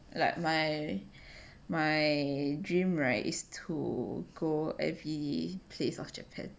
like my my dream right is to go every place of japan